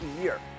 year